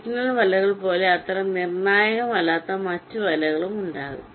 signal വലകൾ പോലെ അത്ര നിർണായകമല്ലാത്ത മറ്റ് വലകളും ഉണ്ടാകാം